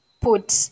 put